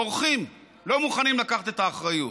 בורחים, לא מוכנים לקחת את האחריות.